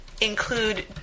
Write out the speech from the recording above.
include